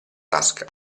tasca